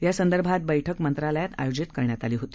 यासंदर्भात बैठक मंत्रालयात आयोजित करण्यात आली होती